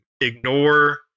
ignore